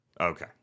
Okay